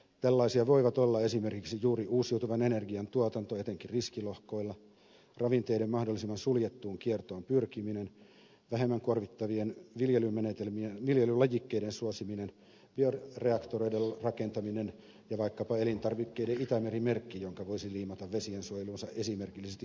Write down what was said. tällaisia voivat olla esimerkiksi juuri uusiutuvan energian tuotanto etenkin riskilohkoilla pyrkiminen ravinteiden mahdollisimman suljettuun kiertoon vähemmän kuormittavien viljelylajikkeiden suosiminen bioreaktoreiden rakentaminen ja vaikkapa elintarvikkeiden itämeri merkki jonka voisi liimata vesiensuojelunsa esimerkillisesti hoitaneen tilan tuotteisiin